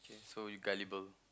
so you gullible